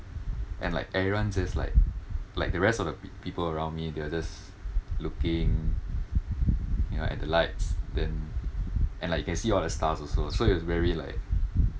and like everyone just like like the rest of the people around me they were just looking you know at the lights then and like you can see all the stars also so it was very like